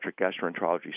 gastroenterology